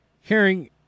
hearing